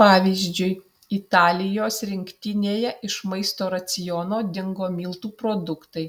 pavyzdžiui italijos rinktinėje iš maisto raciono dingo miltų produktai